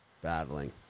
Battling